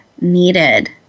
needed